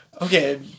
Okay